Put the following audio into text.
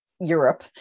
Europe